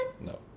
No